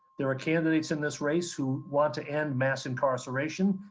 there are candidates in this race who want to end mass incarceration.